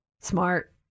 Smart